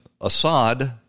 Assad